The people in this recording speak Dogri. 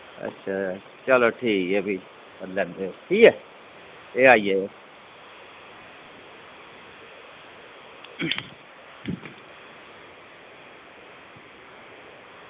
अच्छा चलो ठीक ऐ भी करी लैगे ठीक ऐ एह् आई जाएओ